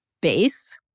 base